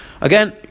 Again